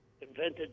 invented